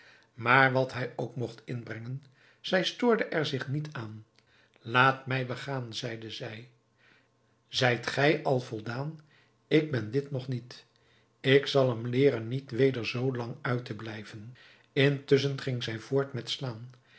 maar wat hij ook mogt inbrengen zij stoorde er zich niet aan laat mij begaan zeide zij zijt gij al voldaan ik ben dit nog niet ik zal hem leeren niet weder zoo lang uit te blijven intusschen ging zij voort met slaan